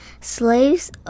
Slaves